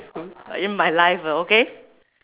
in my life ah okay